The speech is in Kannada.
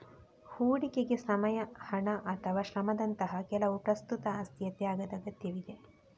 ಹೂಡಿಕೆಗೆ ಸಮಯ, ಹಣ ಅಥವಾ ಶ್ರಮದಂತಹ ಕೆಲವು ಪ್ರಸ್ತುತ ಆಸ್ತಿಯ ತ್ಯಾಗದ ಅಗತ್ಯವಿದೆ